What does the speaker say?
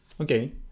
Okay